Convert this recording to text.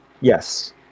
Yes